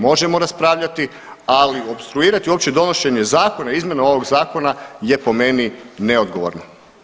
Možemo raspravljati, ali opstruirati uopće donošenje zakona i izmjena ovog zakona je po meni neodgovorna.